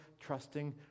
trusting